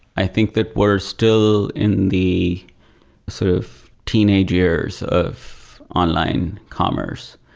i think that we're still in the sort of teenage years of online commerce.